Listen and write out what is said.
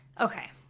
Okay